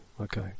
okay